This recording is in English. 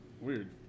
weird